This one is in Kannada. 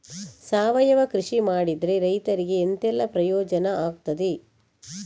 ಸಾವಯವ ಕೃಷಿ ಮಾಡಿದ್ರೆ ರೈತರಿಗೆ ಎಂತೆಲ್ಲ ಪ್ರಯೋಜನ ಆಗ್ತದೆ?